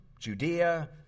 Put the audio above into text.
Judea